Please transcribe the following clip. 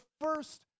first